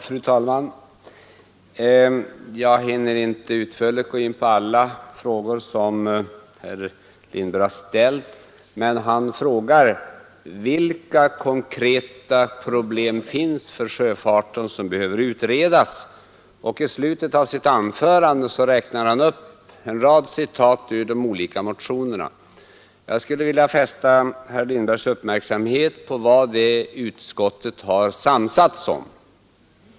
Fru talman! Jag hinner inte utförligt gå in på alla frågor som herr Lindberg har ställt, men han frågade: Vilka konkreta problem finns det för sjöfarten som behöver utredas? I slutet av sitt anförande räknade han upp en rad citat ur de olika motionerna. Jag skulle vilja fästa herr Lindbergs uppmärksamhet på vad utskottet har samsats om.